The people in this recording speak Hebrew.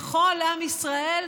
לכל עם ישראל,